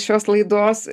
šios laidos